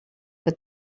que